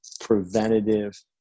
preventative